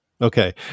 Okay